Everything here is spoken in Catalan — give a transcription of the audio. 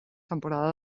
temporada